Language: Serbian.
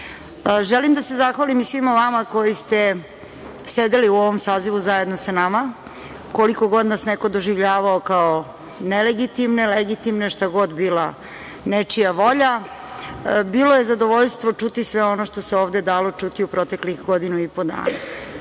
da se zahvalim i svima vama koji ste sedeli u ovom sazivu zajedno sa nama, koliko god nas neko doživljavao kao nelegitimne, legitimne, šta god bila nečija volja, bilo je zadovoljstvo čuti sve ono što se dalo čuti u proteklih godinu i po dana. Ipak,